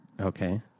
Okay